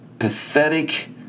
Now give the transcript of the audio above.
pathetic